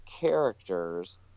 characters